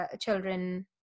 children